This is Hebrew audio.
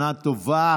שנה טובה.